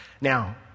Now